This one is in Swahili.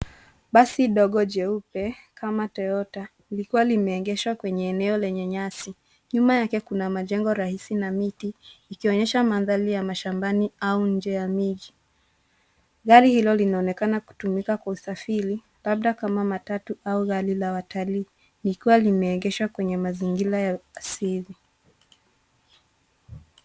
Basi dogo jeupe kama Toyota, likiwa limeegeshwa kwenye eneo lenye nyasi. Nyuma yake kuna majengo rahisi na miti, ikionyesha mandhari ya mashambani au nje ya miji. Gari hilo linaonekana kutumika kwa usafiri, labda kama matatu au gari la watalii, likiwa limeegeshwa kwenye mazingira ya asili.